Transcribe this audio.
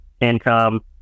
income